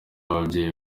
ababyeyi